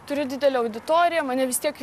turiu didelę auditoriją mane vis tiek